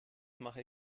mache